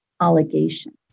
allegation